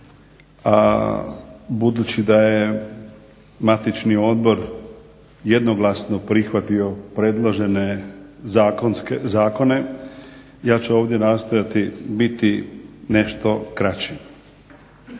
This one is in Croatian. a budući da je matični odbor jednoglasno prihvatio predložene zakone ja ću ovdje nastojati biti nešto kraći.